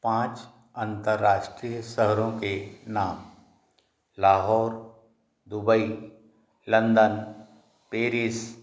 पाँच अंतरराष्ट्रीय शहरों के नाम लाहौर दुबई लंदन पेरिस